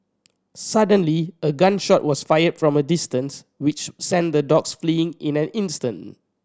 suddenly a gun shot was fired from a distance which sent the dogs fleeing in an instant